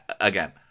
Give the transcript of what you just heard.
again